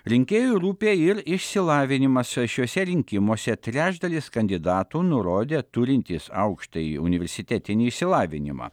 rinkėjui rūpi ir išsilavinimas šiuose rinkimuose trečdalis kandidatų nurodė turintys aukštąjį universitetinį išsilavinimą